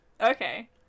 Okay